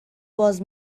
باز